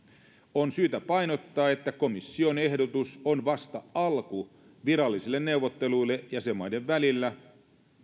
on syytä painottaa että komission ehdotus on vasta alku virallisille neuvotteluille jäsenmaiden välillä